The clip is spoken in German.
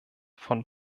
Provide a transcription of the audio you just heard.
von